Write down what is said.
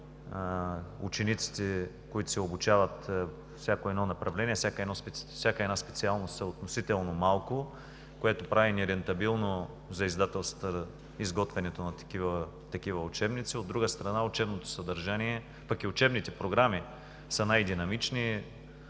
учениците, които се обучават във всяко едно направление, всяка една специалност, са относително малко, което прави нерентабилно за издателствата изготвянето на такива учебници. От друга страна, учебното съдържание, пък и учебните програми са динамични.